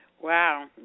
Wow